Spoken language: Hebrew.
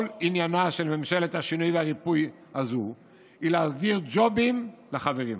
כל עניינה של ממשלת השינוי והריפוי הזו הוא להסדיר ג'ובים לחברים.